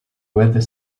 weather